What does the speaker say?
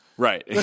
Right